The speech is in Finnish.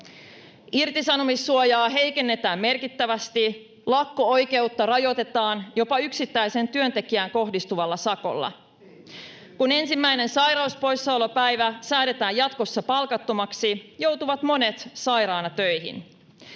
Irtisanomissuojaa heikennetään merkittävästi, lakko-oikeutta rajoitetaan jopa yksittäiseen työntekijään kohdistuvalla sakolla. [Ben Zyskowicz: Jos syyllistyy laittomuuksiin!] Kun ensimmäinen sairauspoissaolopäivä säädetään jatkossa palkattomaksi, joutuvat monet sairaana töihin.